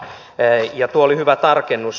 tuo oli hyvä tarkennus